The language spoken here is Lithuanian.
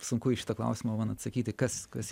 sunku į šitą klausimą man atsakyti kas kas